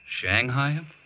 Shanghai